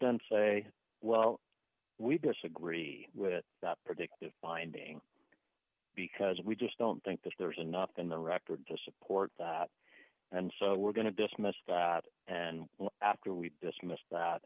then say well we disagree with that predictive finding because we just don't think that there's enough in the record to support that and so we're going to dismiss that and after we dismissed that